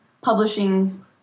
publishing